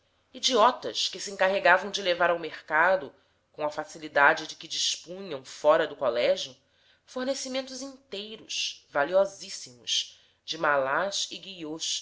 idiotas que se encarregavam de levar ao mercado com a facilidade de que dispunham fora do colégio fornecimentos inteiros valiosíssimos de mallats